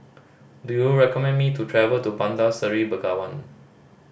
do you recommend me to travel to Bandar Seri Begawan